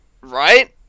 Right